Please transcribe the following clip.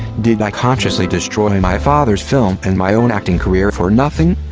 did i consciously destroy my father's film and my own acting career for nothing?